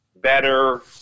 better